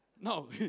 No